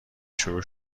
شروع